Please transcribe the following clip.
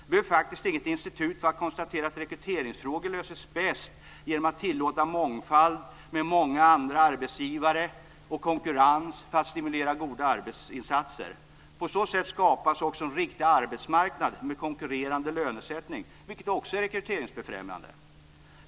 Det behövs inget institut för att konstatera att rekryteringsfrågor löses bäst genom att tillåta mångfald med många andra arbetsgivare och konkurrens för att stimulera goda arbetsinsatser. På så sätt skapas också en riktig arbetsmarknad med konkurrerande lönesättning, vilket också är rekryteringsbefrämjande.